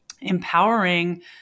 empowering